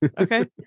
okay